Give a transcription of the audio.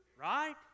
Right